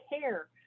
care